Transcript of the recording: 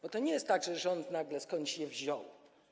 Bo to nie jest tak, że rząd nagle skądś je wziął.